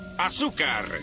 Azúcar